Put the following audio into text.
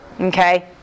Okay